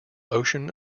ocean